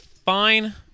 fine